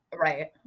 right